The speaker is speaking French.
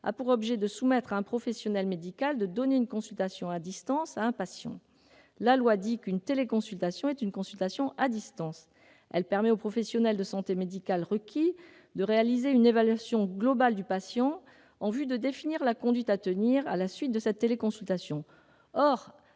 a pour objet de permettre à un professionnel médical de donner une consultation à distance à un patient ». Selon la loi, une téléconsultation est donc une consultation à distance qui permet au professionnel de santé médical requis de réaliser une évaluation globale du patient, en vue de définir la conduite à tenir à la suite de cette téléconsultation. Or,